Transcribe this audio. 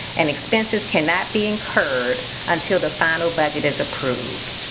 and expenses cannot be incurred until the final budget is approved.